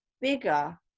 bigger